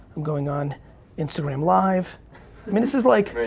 i'm going on instagram live, i mean this is like